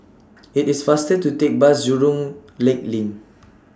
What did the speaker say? IT IS faster to Take Bus Jurong Lake LINK